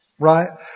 Right